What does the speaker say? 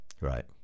Right